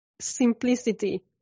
simplicity